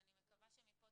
ואני מקווה שמפה